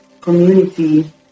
community